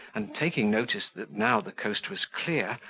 and taking notice that now the coast was clear,